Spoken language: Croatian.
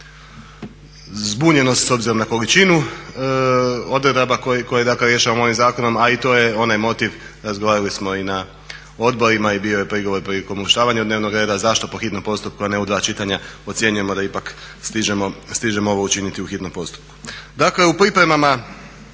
zbunjenost s obzirom na količinu odredaba koje dakle rješavamo ovim zakonom, a i to je onaj motiv, razgovarali smo i na odborima i bio je prigovor prilikom uvrštavanja dnevnog reda zašto po hitnom postupku, a ne u dva čitanja ocjenjujemo da ipak stižemo ovo učiniti u hitnom postupku. Dakle, u pripremama